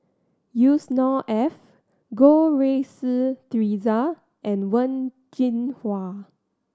Yusnor Ef Goh Rui Si Theresa and Wen Jinhua